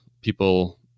People